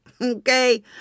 Okay